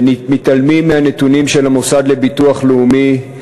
ומתעלמים מהנתונים של המוסד לביטוח לאומי,